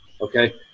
okay